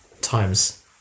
times